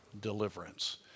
deliverance